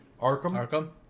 arkham